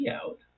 out